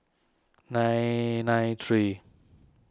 nine nine three